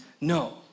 No